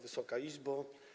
Wysoka Izbo!